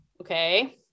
okay